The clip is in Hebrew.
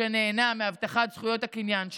שנהנה מהבטחת זכויות הקניין שלו,